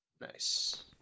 Nice